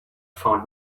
found